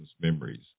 memories